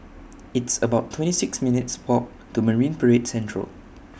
It's about twenty six minutes' Walk to Marine Parade Central